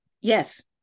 Yes